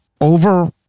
over